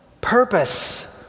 purpose